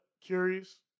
Curious